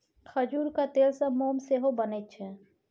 खजूरक तेलसँ मोम सेहो बनैत छै